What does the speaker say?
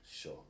Sure